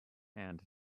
and